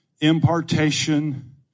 impartation